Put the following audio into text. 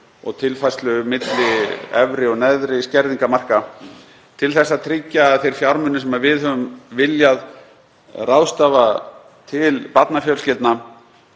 og tilfærslu milli efri og neðri skerðingarmarka til að tryggja að þeir fjármunir sem við höfum viljað ráðstafa til barnafjölskyldna